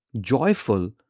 joyful